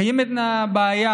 שקיימת בעיה,